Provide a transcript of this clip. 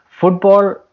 football